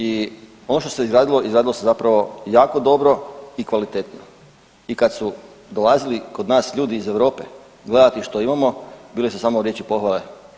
I ono što se izradilo, izradilo se zapravo jako dobro i kvalitetno i kada su dolazili kod nas ljudi iz Europe gledati što imamo bile su samo riječi pohvale.